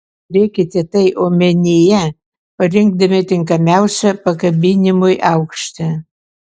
turėkite tai omenyje parinkdami tinkamiausią pakabinimui aukštį